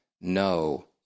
no